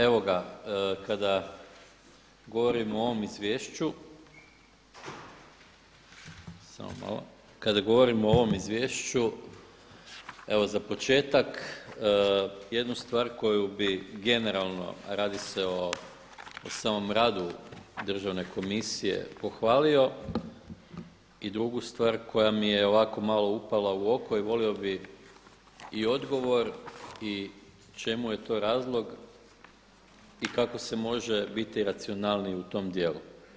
Evo ga, kada govorim o ovom izvješću samo malo, kada govorim o ovom izvješću, evo za početak jednu stvar koju bih generalno, radi se o samom radu Državne komisije pohvalio i drugu stvar koja mi je ovako malo upala u oku i volio bih i odgovor i čemu je to razlog i kako se može biti racionalniji u tom dijelu.